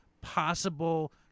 possible